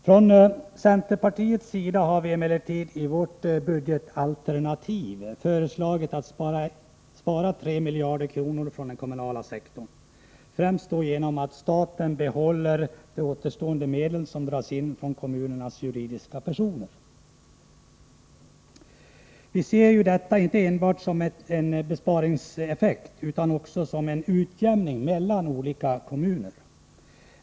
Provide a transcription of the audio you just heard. Från centerpartiets sida har vi emellertid i vårt budgetalternativ föreslagit att 3 miljarder kronor skall sparas från den kommunala sektorn, främst genom att staten behåller de medel som dras in från kommunernas juridiska personer. Vi ser inte detta enbart som en besparingseffekt, utan också som en utjämning mellan olika kommuner.